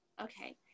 Okay